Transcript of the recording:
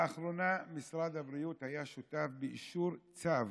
לאחרונה משרד הבריאות היה שותף באישור צו